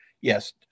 Yes